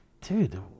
dude